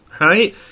right